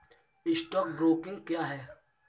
Stock broking क्या है?